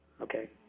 Okay